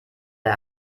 der